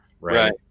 right